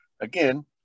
again